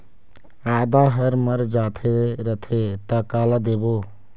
आदा हर मर जाथे रथे त काला देबो?